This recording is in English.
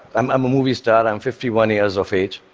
i'm i'm a movie star, i'm fifty one years of age,